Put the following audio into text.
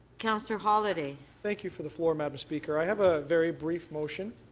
councillor holyday. thank you for the floor madam speaker. i have a very brief motion.